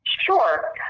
Sure